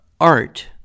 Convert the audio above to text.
art